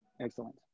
Excellent